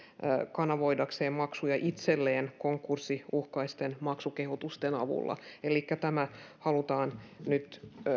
kanavoidakseen maksuja itselleen konkurssiuhkaisten maksukehotusten avulla elikkä tämä halutaan nyt